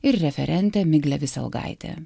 ir referentė miglė viselgaitė